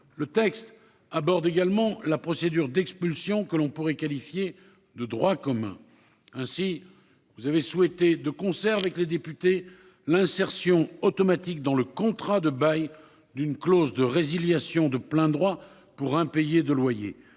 le texte aborde également la procédure d'expulsion que l'on pourrait qualifier de droit commun. Ainsi, vous avez souhaité de concert avec les députés l'insertion automatique dans le contrat de bail d'une clause de résiliation de plein droit pour impayés de loyers.